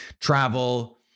Travel